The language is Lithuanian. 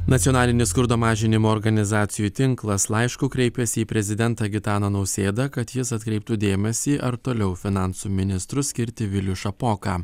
nacionalinis skurdo mažinimo organizacijų tinklas laišku kreipėsi į prezidentą gitaną nausėdą kad jis atkreiptų dėmesį ar toliau finansų ministru skirti vilių šapoką